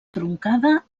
truncada